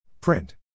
Print